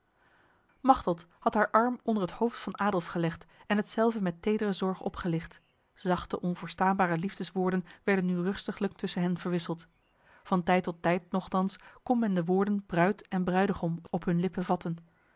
machteld had haar arm onder het hoofd van adolf gelegd en hetzelve met tedere zorg opgelicht zachte onverstaanbare liefdeswoorden werden nu rustiglijk tussen hen verwisseld van tijd tot tijd nochtans kon men de woorden bruid en bruidegom op hun lippen vatten